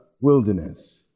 wilderness